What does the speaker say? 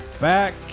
Back